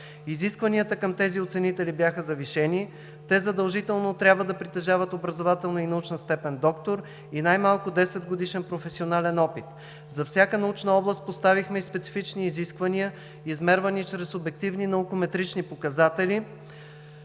Изискванията към тези оценители бяха завишени. Те задължително трябва да притежават образователна и научна степен „доктор“ и най-малко десетгодишен професионален опит. За всяка научна област поставихме специфични изисквания, измервани чрез обективни наукометрични показатели,